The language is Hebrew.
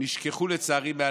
נשכחו מלב,